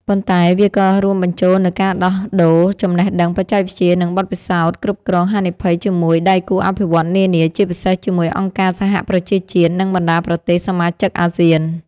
ប៉ុន្តែវាក៏រួមបញ្ចូលនូវការដោះដូរចំណេះដឹង បច្ចេកវិទ្យា និងបទពិសោធន៍គ្រប់គ្រងហានិភ័យជាមួយដៃគូអភិវឌ្ឍន៍នានា ជាពិសេសជាមួយអង្គការសហប្រជាជាតិ និងបណ្ដាប្រទេសសមាជិកអាស៊ាន។